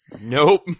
Nope